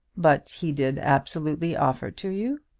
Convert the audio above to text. but he did absolutely offer to you?